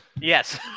Yes